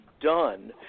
done